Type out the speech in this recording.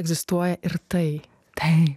egzistuoja ir tai taip